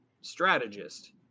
strategist